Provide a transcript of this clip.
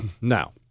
Now